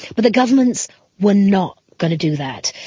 but the governments were not going to do that.